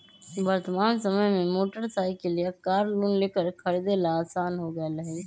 वर्तमान समय में मोटर साईकिल या कार लोन लेकर खरीदे ला आसान हो गयले है